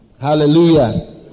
Hallelujah